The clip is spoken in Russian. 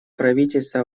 правительство